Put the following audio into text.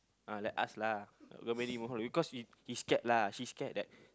uh like us lah got many mole because she she scared lah she scared that